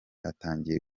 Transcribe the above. atangiye